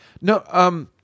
No